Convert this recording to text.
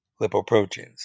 lipoproteins